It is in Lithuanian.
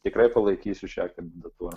tikrai palaikysiu šią kandidatūrą